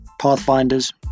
pathfinders